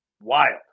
wild